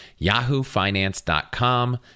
yahoofinance.com